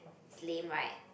lame right